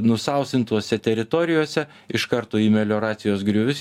nusausintose teritorijose iš karto į melioracijos griovius